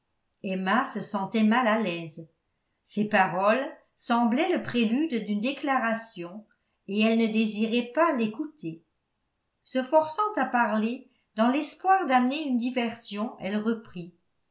emma se sentait mal à l'aise ces paroles semblaient le prélude d'une déclaration et elle ne désirait pas l'écouter se forçant à parler dans l'espoir d'amener une diversion elle reprit